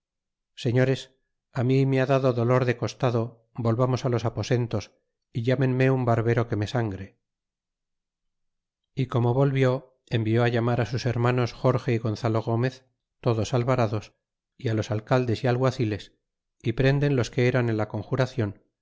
señores á mi me ha dado dolor de costado volvamos á los aposentos y ilamenme un barbero que me sangre y como volvió envió á llamar sus hermanos jorge y gonzalo gomez todos alvarados é los alcaldes y alguaciles y prenden los que eran en la